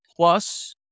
Plus